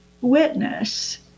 witness